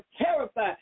terrified